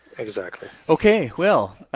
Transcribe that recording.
exactly. okay well.